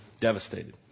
devastated